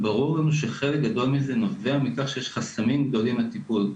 ברור לנו שחלק גדול מזה נובע מכך שיש חסמים גדולים לטיפול,